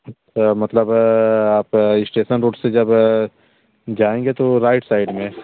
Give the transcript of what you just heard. sir अब मतलब आप स्टेशन रोड से जब जाएँगे तो राईट साइड में है